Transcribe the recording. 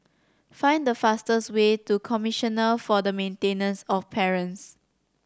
find the fastest way to Commissioner for the Maintenance of Parents